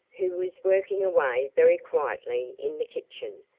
who was working away very quietly in the kitchen,